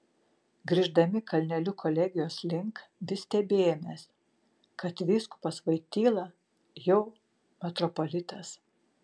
grįždami kalneliu kolegijos link vis stebėjomės kad vyskupas voityla jau metropolitas